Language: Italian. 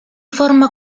forma